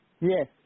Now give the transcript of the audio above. Yes